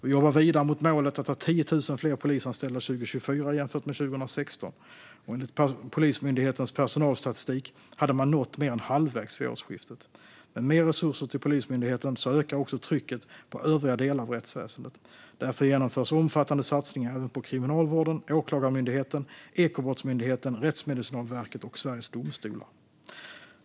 Vi jobbar vidare mot målet att ha 10 000 fler polisanställda 2024 jämfört med 2016. Enligt Polismyndighetens personalstatistik hade man nått mer än halvvägs vid årsskiftet. Med mer resurser till Polismyndigheten ökar också trycket på övriga delar av rättsväsendet. Därför genomförs omfattande satsningar även på Kriminalvården, Åklagarmyndigheten, Ekobrottsmyndigheten, Rättsmedicinalverket och Sveriges Domstolar.